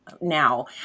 now